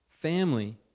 Family